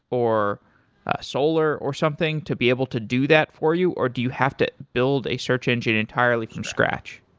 or solar or something to be able to do that for you? or do you have to build a search engine entirely from scratch?